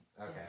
Okay